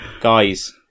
guys